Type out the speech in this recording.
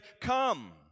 Come